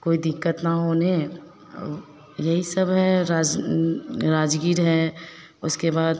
कोई दिक़्क़त ना हो उन्हें और यही सब है और राज राजगीर है उसके बाद